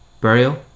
Burial